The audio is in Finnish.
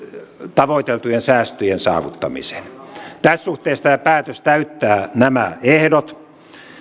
tavoiteltujen säästöjen saavuttamisen tässä suhteessa tämä päätös täyttää nämä ehdot